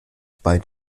bei